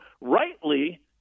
rightly